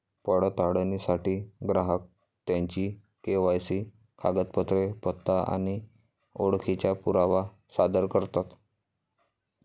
पडताळणीसाठी ग्राहक त्यांची के.वाय.सी कागदपत्रे, पत्ता आणि ओळखीचा पुरावा सादर करतात